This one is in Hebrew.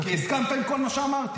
כי הסכמת עם כל מה שאמרתי.